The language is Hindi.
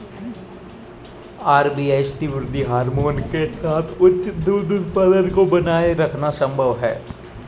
आर.बी.एस.टी वृद्धि हार्मोन के साथ उच्च दूध उत्पादन को बनाए रखना संभव है